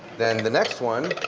then the next one,